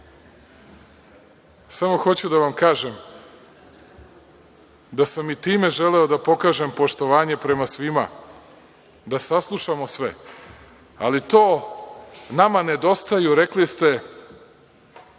hoću da vam kažem da sam i time želeo da pokažem poštovanje prema svima, da saslušamo sve, ali to nama nedostaju, rekli ste,